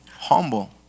Humble